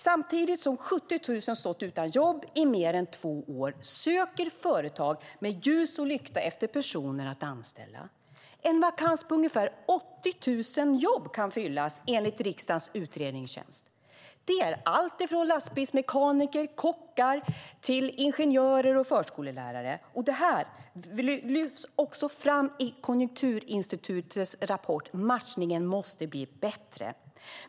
Samtidigt som 70 000 stått utan jobb i mer än två år söker företag med ljus och lykta efter personer att anställa. En vakans på ca 80 000 jobb kan fyllas, enligt riksdagens utredningstjänst. Det är alltifrån lastbilsmekaniker och kockar till ingenjörer och förskollärare. Detta lyfts också fram i Konjunkturinstitutets rapport: Matchningen måste bli bättre.